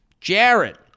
Jared